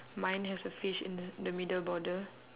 mine has a fish in the in the middle border